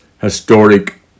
historic